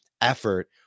effort